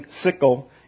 sickle